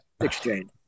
exchange